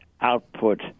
output